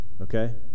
Okay